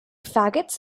faggots